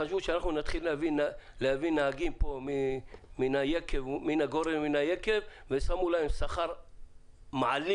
חשבו שיביאו נהגים מן הגורן ומן היקב ונתנו להם שכר מעליב.